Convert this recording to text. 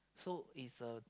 so it's a